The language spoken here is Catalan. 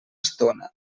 estona